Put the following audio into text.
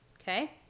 Okay